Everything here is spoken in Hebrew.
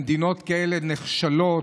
למדינות כאלה נחשלות.